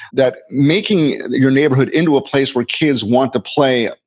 that making your neighborhood into a place where kids want to play,